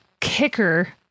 kicker